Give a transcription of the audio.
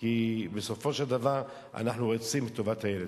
כי בסופו של דבר אנחנו רוצים את טובת הילד.